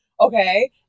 Okay